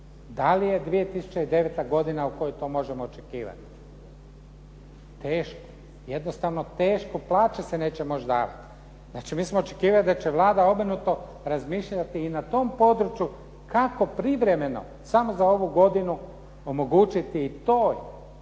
Da li je 2009. godina u kojoj to možemo očekivati? Teško, jednostavno teško. Plaće se neće moći davati. Znači, mi smo očekivali da će Vlada obrnuto razmišljati i na tom području kako privremeno samo za ovu godinu omogućiti toj